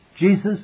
Jesus